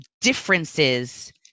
differences